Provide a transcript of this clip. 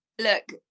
look